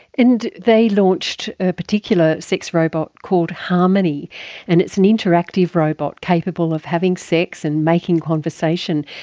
and they launched a particular sex robot called harmony and it's an interactive robot capable of having sex and making conversation.